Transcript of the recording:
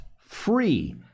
free